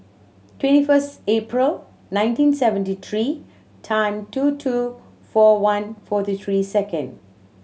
twenty first April nineteen seventy three time two two four one forty three second